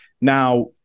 Now